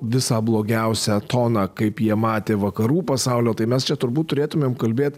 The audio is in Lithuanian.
visą blogiausią toną kaip jie matė vakarų pasaulio tai mes čia turbūt turėtumėm kalbėt